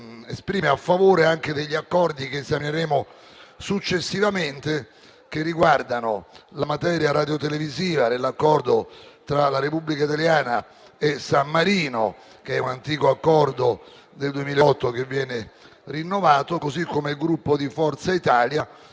esprime a favore anche degli Accordi che esamineremo successivamente e che riguardano la materia radiotelevisiva nell’Accordo tra la Repubblica italiana e San Marino (un antico Accordo del 2008 che viene rinnovato) e la ratifica